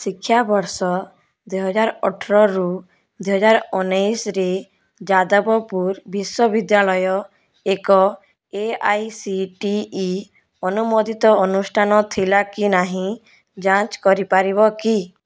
ଶିକ୍ଷାବର୍ଷ ଦୁଇହଜାର ଅଠରରୁ ଦୁଇହଜାର ଉଣେଇଶରେ ଯାଦବପୁର ବିଶ୍ୱବିଦ୍ୟାଳୟ ଏକ A I C T E ଅନୁମୋଦିତ ଅନୁଷ୍ଠାନ ଥିଲା କି ନାହିଁ ଯାଞ୍ଚ କରିପାରିବ କି